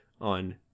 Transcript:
on